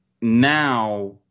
now